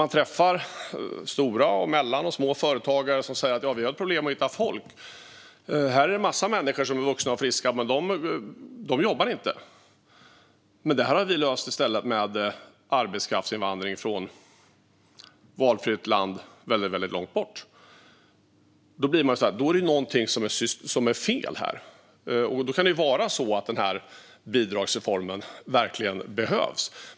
Man träffar då stora, mellanstora och små företag som säger att de har problem att hitta folk: "Här är det en massa människor som är vuxna och friska, men de jobbar inte." Företagen har i stället löst detta med arbetskraftsinvandring från valfritt land väldigt långt bort. Då inser man att någonting är fel här - och att det kan vara så att den här bidragsreformen verkligen behövs.